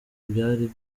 byari